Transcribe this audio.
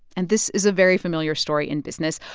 and this is a very familiar story in business.